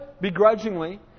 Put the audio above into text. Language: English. begrudgingly